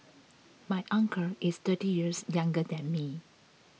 my uncle is thirty years younger than me